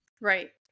Right